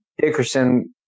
Dickerson